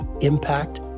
impact